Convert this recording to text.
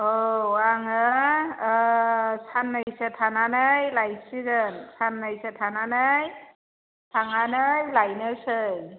औ आङो ओ साननैसो थानानै लायसिगोन साननैसो थानानै थांनानै लायनोसै